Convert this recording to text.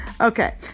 Okay